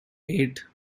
eight